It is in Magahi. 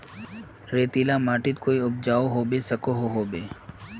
रेतीला माटित कोई उपजाऊ होबे सकोहो होबे?